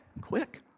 Quick